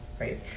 right